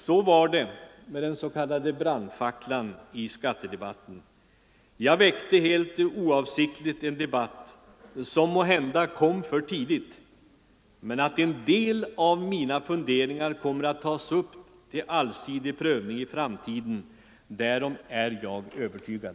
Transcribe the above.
Så var det med den s.k. brandfacklan i skattedebatten. Jag väckte helt oavsiktligt en debatt som måhända kom för tidigt, men att en del av mina funderingar kommer att tas upp till allsidig prövning i en framtid, därom är jag övertygad.